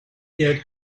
did